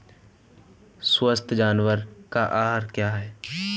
स्वस्थ जानवर का आहार क्या है?